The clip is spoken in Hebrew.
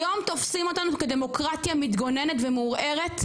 היום תופסים אותנו כדמוקרטיה מתגוננת ומעורערת,